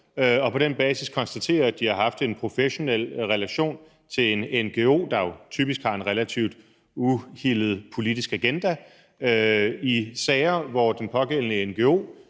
og på den basis konstaterer man, at de har haft professionelle relationer til ngo'er, der jo typisk har en relativt uhildet politisk agenda, i sager, hvor de pågældende